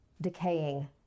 decaying